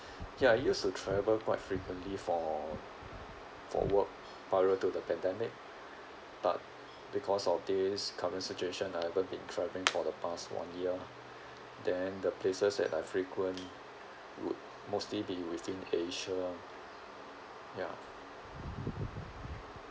ya I used to travel quite frequently for for work prior to the pandemic but because of this current situation I haven't been travelling for the past one year lah then the places that I frequent would mostly be within asia ya